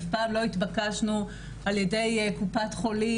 אף פעם לא התבקשנו על-ידי קופת חולים,